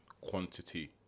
quantity